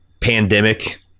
pandemic